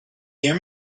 hear